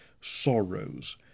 sorrows